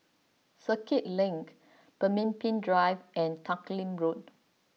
Circuit Link Pemimpin Drive and Teck Lim Road